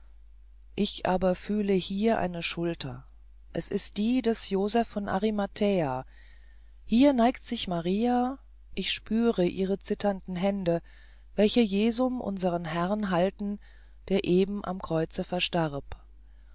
ich aber fühle hier eine schulter es ist die des josef von arimathäa hier neigt sich maria ich spüre ihre zitternden hände welche jesum unseren herrn halten der eben am kreuze verstarb